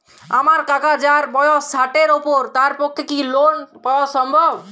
আমার কাকা যাঁর বয়স ষাটের উপর তাঁর পক্ষে কি লোন পাওয়া সম্ভব?